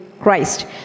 Christ